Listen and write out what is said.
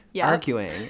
arguing